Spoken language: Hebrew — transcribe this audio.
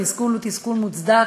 התסכול הוא תסכול מוצדק,